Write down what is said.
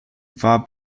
war